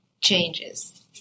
changes